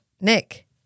Nick